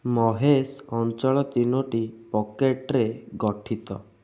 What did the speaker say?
ମହେଶ ଅଞ୍ଚଳ ତିନୋଟି ପକେଟ୍ରେ ଗଠିତ